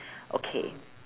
okay